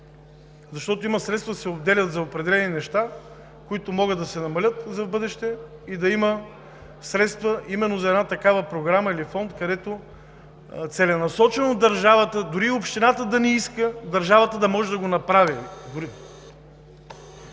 защото има средства, които се отделят за определени неща, които могат да се намалят за в бъдеще, за да има средства именно за една такава програма или фонд, където целенасочено държавата – дори и общината да не иска, да може да го направи.